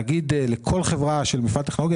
להגיד לכל חברה של מפעל טכנולוגי,